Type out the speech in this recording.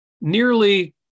nearly